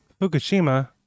Fukushima